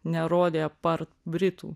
nerodė apart britų